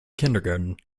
kindergarten